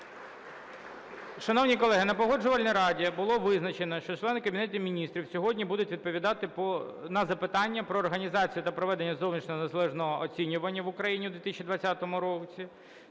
Шановні колеги, на Погоджувальній раді було визначено, що члени Кабінету Міністрів сьогодні будуть відповідати на запитання про організацію та про проведення зовнішнього незалежного оцінювання в Україні в 2020 році